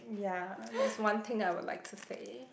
ya that's one thing that I would like to say